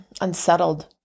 unsettled